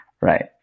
right